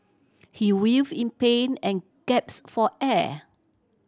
he writhed in pain and gaps for air